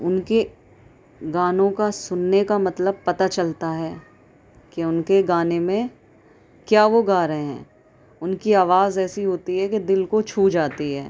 ان کے گانوں کا سننے کا مطلب پتا چلتا ہے کہ ان کے گانے میں کیا وہ گا رہے ہیں ان کی آواز ایسی ہوتی ہے کہ دل کو چھو جاتی ہے